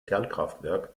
kernkraftwerk